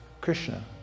Krishna